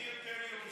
מי יותר ירושלמי,